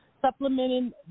supplementing